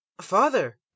father